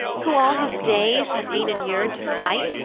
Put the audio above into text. who all his days has been inur'd to fight,